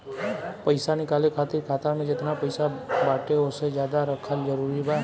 पईसा निकाले खातिर खाता मे जेतना पईसा बाटे ओसे ज्यादा रखल जरूरी बा?